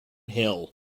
hill